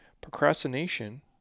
Procrastination